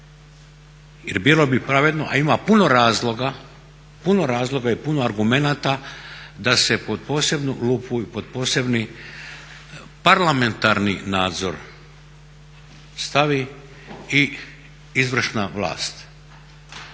Jer bilo bi pravedno, a ima puno razloga i puno argumenata da se pod posebnu lupu i pod posebni parlamentarni nadzor stavi i izvršna vlast.